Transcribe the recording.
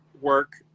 work